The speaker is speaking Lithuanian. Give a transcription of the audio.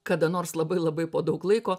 kada nors labai labai po daug laiko